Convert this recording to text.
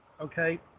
okay